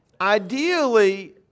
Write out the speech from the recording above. ideally